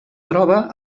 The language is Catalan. troba